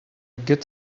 get